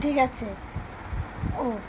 ঠিক আছে ও